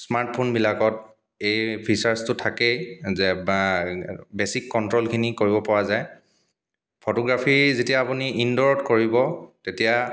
স্মাৰ্টফোনবিলাকত এই ফিচাৰ্চটো থাকে যে বা বেছিক কণ্ট্ৰলখিনি কৰিব পৰা যায় ফটোগ্ৰাফী যেতিয়া আপুনি ইনডোৰত কৰিব তেতিয়া